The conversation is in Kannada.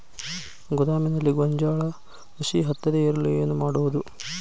ಗೋದಾಮಿನಲ್ಲಿ ಗೋಂಜಾಳ ನುಸಿ ಹತ್ತದೇ ಇರಲು ಏನು ಮಾಡುವುದು?